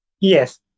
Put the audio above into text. yes